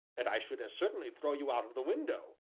and i should as certainly throw you out of the window!